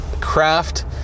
Craft